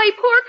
poor